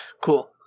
cool